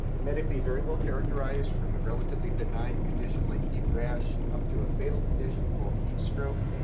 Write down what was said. medically very well characterized, from a relatively benign condition like heat rash, up to a fatal condition called heat stroke.